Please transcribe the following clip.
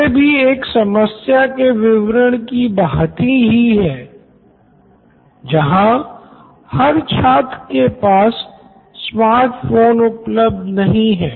ये भी एक समस्या के विवरण की भांति है जहां हर छात्र के पास स्मार्ट फोन उपलब्ध नहीं है